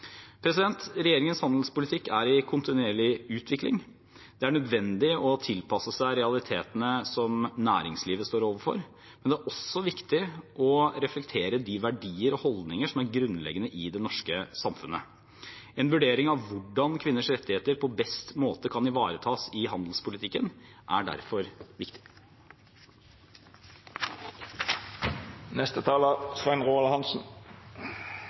Regjeringens handelspolitikk er i kontinuerlig utvikling. Det er nødvendig å tilpasse seg realitetene som næringslivet står overfor, men det er også viktig å reflektere de verdier og holdninger som er grunnleggende i det norske samfunnet. En vurdering av hvordan kvinners rettigheter på best måte kan ivaretas i handelspolitikken, er derfor